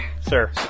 Sir